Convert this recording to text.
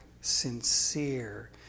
sincere